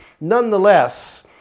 nonetheless